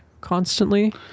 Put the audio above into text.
constantly